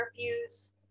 curfews